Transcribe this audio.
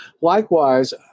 likewise